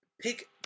pick